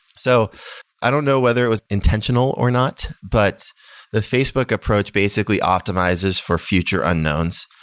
so i don't know whether it was intentional or not, but the facebook approach basically optimizes for future unknowns.